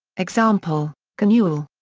example khanewal.